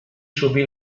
subì